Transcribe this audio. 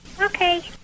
Okay